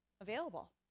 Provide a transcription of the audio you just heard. available